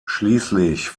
schließlich